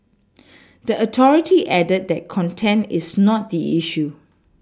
the authority added that content is not the issue